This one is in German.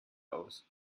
aus